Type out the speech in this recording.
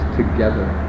together